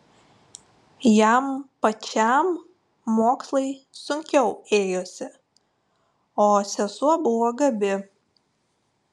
jam pačiam mokslai sunkiau ėjosi o sesuo buvo gabi